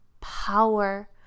power